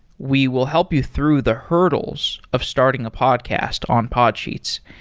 we will help you through the hurdles of starting a podcast on podsheets.